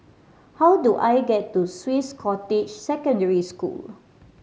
how do I get to Swiss Cottage Secondary School